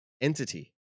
entity